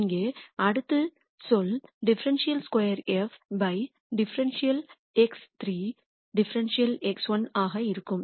இங்கே அடுத்த சொல் ∂2 f ∂x3 ∂x1 ஆக இருக்கும்